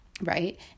Right